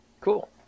Cool